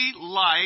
life